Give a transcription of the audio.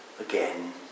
again